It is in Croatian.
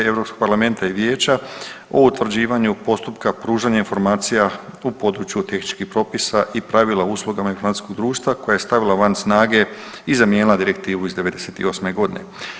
Europskog parlamenta i vijeća o utvrđivanju postupka pružanja informacija u području tehničkih propisa i pravila o uslugama informacijskog društva koja je stavila van snage i zamijenila direktivu iz '98. godine.